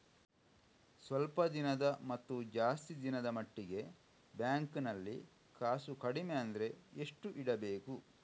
ಸ್ವಲ್ಪ ದಿನದ ಮತ್ತು ಜಾಸ್ತಿ ದಿನದ ಮಟ್ಟಿಗೆ ಬ್ಯಾಂಕ್ ನಲ್ಲಿ ಕಾಸು ಕಡಿಮೆ ಅಂದ್ರೆ ಎಷ್ಟು ಇಡಬೇಕು?